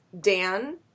Dan